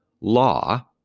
law